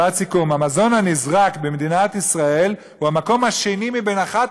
במזון הנזרק, מדינת ישראל היא במקום השני מבין 11